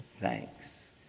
thanks